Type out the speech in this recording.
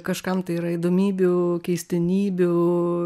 kažkam tai yra įdomybių keistenybių